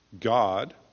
God